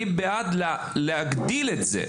אני בעד להגדיל את זה.